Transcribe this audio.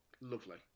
Lovely